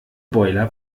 boiler